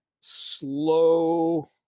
slow